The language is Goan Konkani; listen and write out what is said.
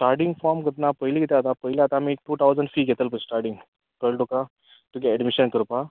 स्टाटींग फॉम कोत्ना पयली किदें आता पयली आतां आमी एक टू थावजन फी घेतल पळय स्टाटींग कळ्ळें तुका तुगें एडमिशन करपा